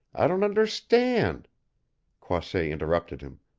i don't understand croisset interrupted him.